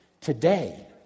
Today